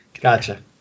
Gotcha